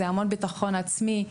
המון ביטחון עצמי.